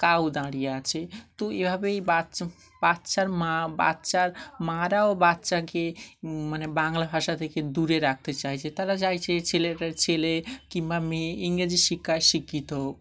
কাও দাঁড়িয়ে আছে তো এভাবেই বাচ্চা বাচ্চার মা বাচ্চার মারাও বাচ্চাকে মানে বাংলা ভাষা থেকে দূরে রাখতে চাইছে তারা চাইছে ছেলে ছেলে কিংবা মেয়ে ইংরেজি শিক্ষায় শিক্ষিত হোক